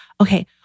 Okay